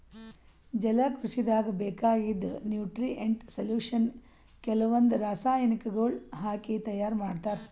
ಜಲಕೃಷಿದಾಗ್ ಬೇಕಾಗಿದ್ದ್ nutrient solution ಕೆಲವಂದ್ ರಾಸಾಯನಿಕಗೊಳ್ ಹಾಕಿ ತೈಯಾರ್ ಮಾಡ್ತರ್